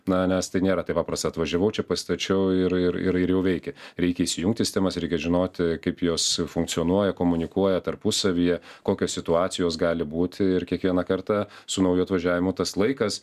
na nes tai nėra taip paprasta atvažiavau čia pasistačiau ir ir ir ir jau veikia reikia įsijungti sistemas reikia žinoti kaip jos funkcionuoja komunikuoja tarpusavyje kokios situacijos gali būti ir kiekvieną kartą su nauju atvažiavimu tas laikas